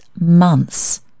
months